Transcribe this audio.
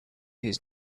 his